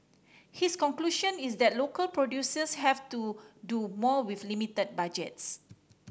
his conclusion is that local producers have to do more with limited budgets